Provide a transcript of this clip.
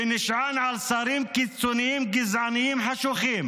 שנשען על שרים קיצוניים גזענים חשוכים